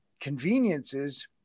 conveniences